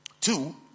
Two